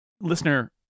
listener